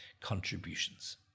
contributions